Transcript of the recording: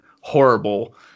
horrible